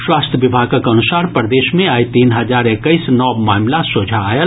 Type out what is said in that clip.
स्वास्थ्य विभागक अनुसार प्रदेश मे आइ तीन हजार एक्कैस नव मामिला सोझा आयल